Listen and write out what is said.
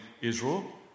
Israel